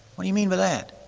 what do you mean by that?